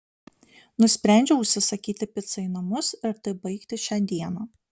nusprendžiau užsisakysi picą į namus ir taip baigti šią dieną